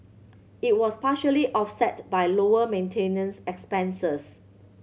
it was partially offset by lower maintenance expenses